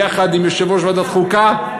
יחד עם יושב-ראש ועדת החוקה,